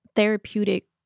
therapeutic